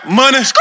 money